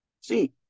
See